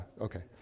okay